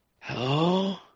Hello